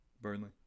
Burnley